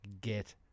get